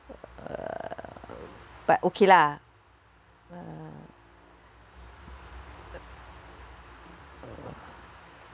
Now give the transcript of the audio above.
err but okay lah ah